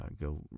go